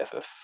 FF